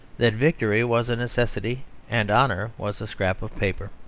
that victory was a necessity and honour was a scrap of paper.